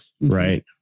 Right